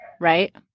right